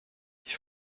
ich